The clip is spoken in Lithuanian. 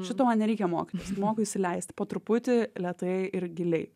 šito man nereikia mokytis moku įsileisti po truputį lėtai ir giliai